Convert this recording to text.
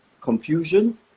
confusion